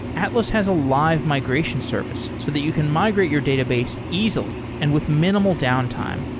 atlas has a live migration service, so that you can migrate your database easily and with minimal downtime,